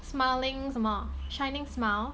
smiling 什么 shining smile